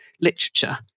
literature